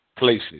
Places